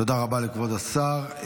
תודה רבה לכבוד השר.